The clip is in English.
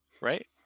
right